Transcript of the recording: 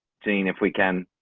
seeing if we can